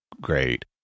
great